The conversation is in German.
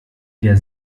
der